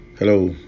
Hello